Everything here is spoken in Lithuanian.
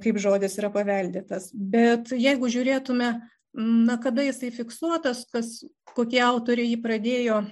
kaip žodis yra paveldėtas bet jeigu žiūrėtume na kada jisai fiksuotas kas kokie autoriai jį pradėjo